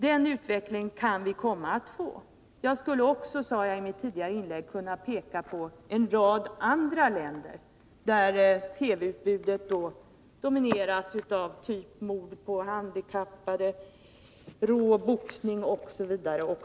Som jag sade i mitt tidigare inlägg skulle jag också kunna peka på en rad andra länder, där TV-utbudet domineras av program med mord på handikappade, rå boxning osv.